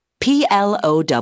plow